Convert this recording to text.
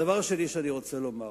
הדבר השני שאני רוצה לומר,